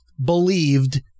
believed